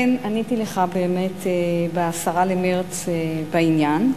ואכן עניתי לך ב-10 במרס בעניין,